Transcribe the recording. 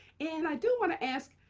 and i do want to ask,